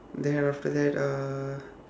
then after that uh